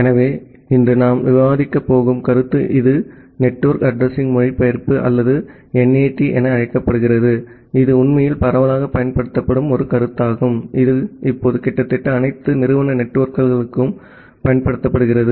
எனவே இன்று நாம் விவாதிக்கப் போகும் கருத்து இது நெட்வொர்க் அட்ரஸிங் மொழிபெயர்ப்பு அல்லது NAT என அழைக்கப்படுகிறது இது உண்மையில் பரவலாகப் பயன்படுத்தப்படும் ஒரு கருத்தாகும் இது இப்போது கிட்டத்தட்ட அனைத்து நிறுவன நெட்வொர்க்குகளுக்கும் பயன்படுத்தப்படுகிறது